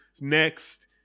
Next